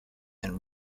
and